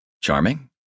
charming